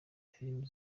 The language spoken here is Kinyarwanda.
filime